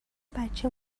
بچه